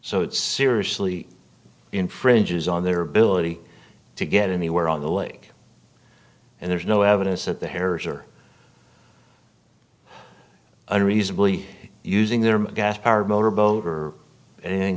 it seriously infringes on their ability to get anywhere on the lake and there's no evidence that the harris are unreasonably using their gas powered motor boat or anything